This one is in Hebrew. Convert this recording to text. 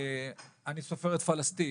אני סופר את פלסטין,